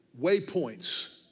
waypoints